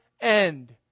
end